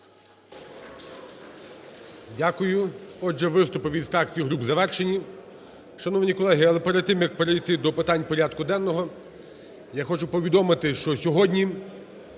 Дякую. Отже, виступи від фракцій і груп завершені. Шановні колеги, але перед тим як перейти до питань порядку денного, я хочу повідомити, що сьогодні